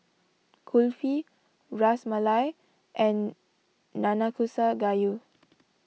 Kulfi Ras Malai and Nanakusa Gayu